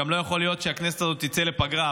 גם לא יכול להיות שהכנסת הזאת תצא לפגרה,